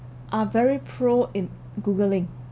are very pro in googling